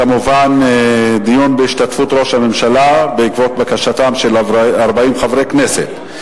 דיון בהשתתפות ראש הממשלה בעקבות בקשתם של 40 חברי כנסת.